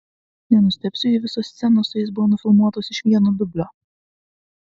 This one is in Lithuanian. nenustebsiu jei visos scenos su jais buvo nufilmuotos iš vieno dublio